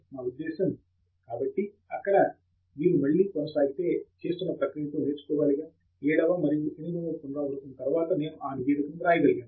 నా ఉద్దేశ్యం కాబట్టి అక్కడ మీరు మళ్ళీ కొనసాగితే చేస్తున్న ప్రక్రియతో నేర్చుకోగాలిగా ఏడవ మరియు ఎనిమిదవ పునరావృతం తర్వాత నేను ఆ నివేదికను వ్రాయగలిగాను